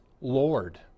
Lord